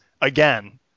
Again